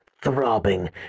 throbbing